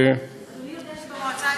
אדוני יודע שבמועצה האזורית,